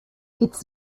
its